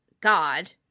god